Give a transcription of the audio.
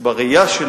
בראייה של